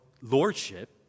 lordship